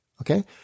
Okay